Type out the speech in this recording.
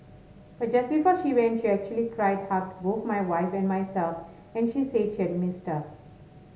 but just before she went she actually cried hugged both my wife and myself and she said she'd missed us